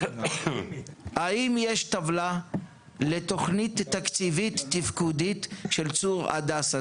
האם יש טבלה לתוכנית תקציבית תפקודית של צור הדסה?